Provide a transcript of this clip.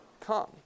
come